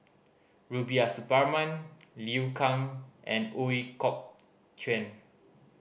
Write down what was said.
Rubiah Suparman Liu Kang and Ooi Kok Chuen